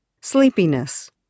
sleepiness